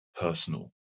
personal